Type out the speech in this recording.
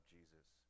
Jesus